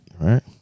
right